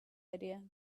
idea